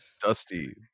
Dusty